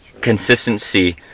consistency